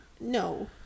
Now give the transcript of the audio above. no